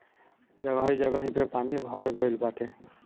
जगही जगही पे पानी भर गइल बाटे